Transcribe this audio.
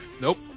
nope